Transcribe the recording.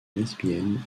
lesbienne